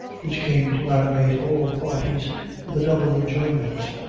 which came to animate all parties with a double enjoyment.